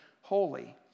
holy